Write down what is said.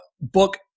book